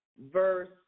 verse